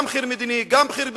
גם מחיר מדיני, גם מחיר ביטחוני,